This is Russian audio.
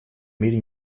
мире